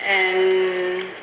and